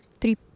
three